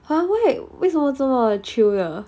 !huh! wait 为什么这么 chill 的